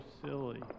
silly